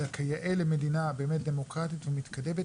אלא כיאה למדינה דמוקרטית ומתקדמת,